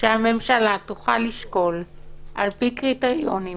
שהממשלה תוכל לשקול על פי קריטריונים